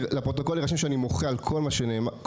לפרוטוקול יירשם שאני מוחה על כל מה שאמרת.